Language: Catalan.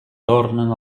tornen